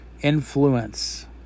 influence